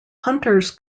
hunters